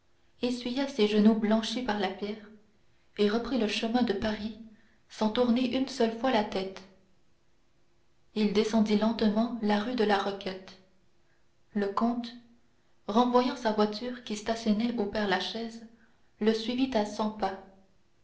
essuya ses genoux blanchis par la pierre et reprit le chemin de paris sans tourner une seule fois la tête il descendit lentement la rue de la roquette le comte renvoyant sa voiture qui stationnait au père-lachaise le suivit à cent pas